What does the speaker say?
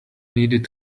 needed